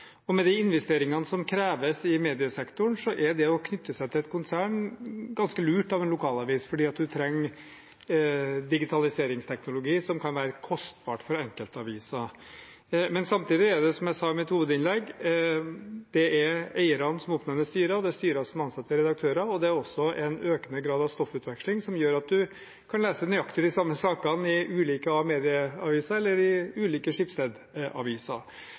konsernene. Med de investeringene som kreves i mediesektoren, er det å knytte seg til et konsern ganske lurt av en lokalavis fordi en trenger digitaliseringsteknologi som kan være kostbart for enkeltaviser. Samtidig er det, som jeg sa i mitt hovedinnlegg, eierne som oppnevner styrene, og det er styrene som ansetter redaktører, og det er også en økende grad av stoffutveksling som gjør at en kan lese nøyaktig de samme sakene i ulike Amedia-aviser og i ulike